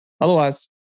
otherwise